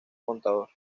contador